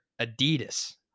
Adidas